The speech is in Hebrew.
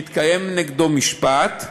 מתקיים נגדו משפט,